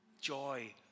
Joy